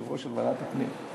יושבת-ראש ועדת הפנים.